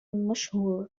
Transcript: مشهور